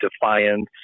Defiance